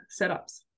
setups